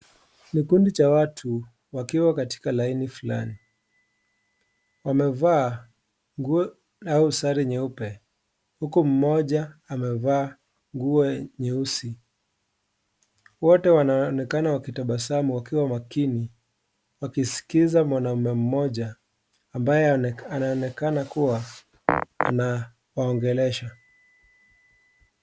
Kikundi cha watu wakiwa katika laini fulani. Wamevaa nguo au sare nyeupe, huku mmoja amevaa nguo nyeusi. Wote wanaonekana wakitabasamu wakiwa makini, wakisikiza mwanaume mmoja ambaye anayeonekana kuwa anawaongelesha.